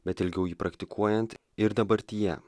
bet ilgiau jį praktikuojant ir dabartyje